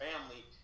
family